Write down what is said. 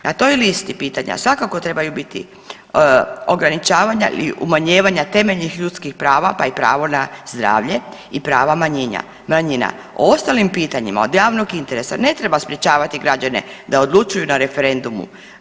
Na toj listi pitanja svakako trebaju biti ograničavanja ili umanjivanja temeljnih ljudskih prava, pa i pravo na zdravlje i prava manjina, a o ostalim pitanjima od javnog interesa ne treba sprječavati građane da odlučuju na referendumu.